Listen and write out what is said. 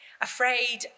Afraid